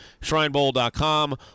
shrinebowl.com